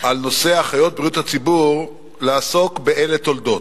על נושא אחיות בריאות הציבור לעסוק ב"אלה תולדות".